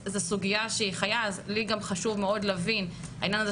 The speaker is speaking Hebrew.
אז זו סוגיה שהיא חיה ולי חשוב מאוד להבין את העניין הזה